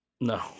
No